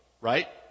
right